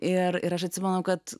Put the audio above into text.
ir ir aš atsimenu kad